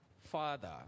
father